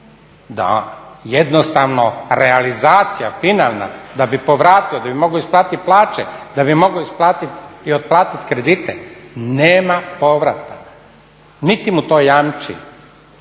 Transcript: da jednostavno realizacija finalna da bi povratio, da bi mogao isplatiti plaće, da bi mogao isplatiti i otplatiti kredite. Nema povrata, niti mu to jamči